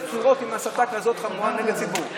בחירות עם הסתה כזאת חמורה נגד ציבור.